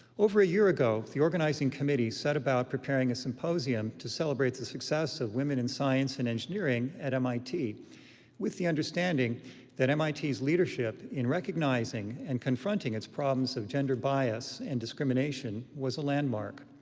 over a year ago, the organizing committee set about preparing a symposium to celebrate the success of women in science and engineering at mit with the understanding that mit's leadership in recognizing and confronting its problems of gender bias and discrimination was a landmark.